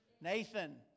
Nathan